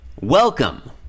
welcome